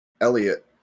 Elliot